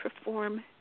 perform